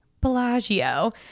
Bellagio